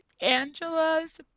Angela's